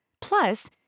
Plus